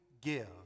give